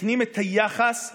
מתקנים את היחס בינינו,